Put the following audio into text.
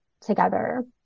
together